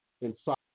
inside